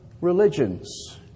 religions